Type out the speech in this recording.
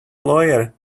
lawyer